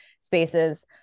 spaces